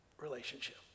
relationship